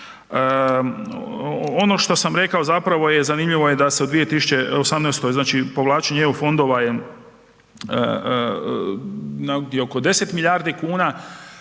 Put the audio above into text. Ono što sam rekao zapravo je zanimljivo je da se u 2018. znači povlačenje EU fondova je negdje oko 10 milijardi kuna,